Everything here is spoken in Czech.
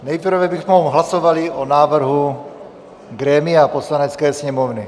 Nejprve bychom hlasovali o návrhu grémia Poslanecké sněmovny.